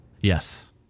Yes